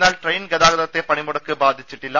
എന്നാൽ ട്രെയിൻ ഗതാഗതത്തെ പണിമുടക്ക് ബാധിച്ചിട്ടില്ല